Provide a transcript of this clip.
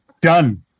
Done